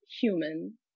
human